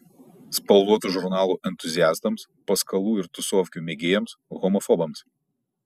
spalvotų žurnalų entuziastams paskalų ir tusovkių mėgėjams homofobams